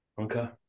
Okay